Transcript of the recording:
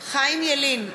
חיים ילין,